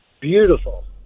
beautiful